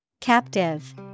Captive